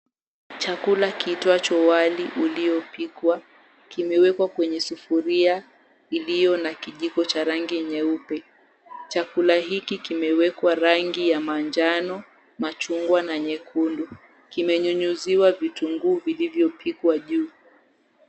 Chakula kiitwacho wali uliopikwa kimewekwa kwenye sufuria iliyo na kijiko cha rangi nyeupe. Chakula hiki kimewekwa rangi ya manjano, machungwa na nyekundu. Kimenyunyiziwa vitunguu vilivyopikwa juu.